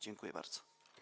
Dziękuję bardzo.